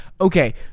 Okay